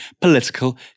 political